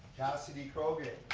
cassidy krogay.